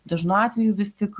dažnu atveju vis tik